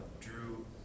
Drew